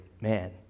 man